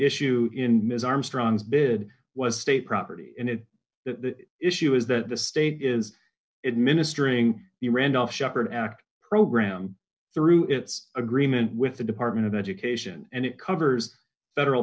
issue in ms armstrong's bid was state property and the issue is that the state is it ministering to randolph sheppard act program through its agreement with the department of education and it covers federal